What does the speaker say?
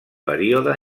període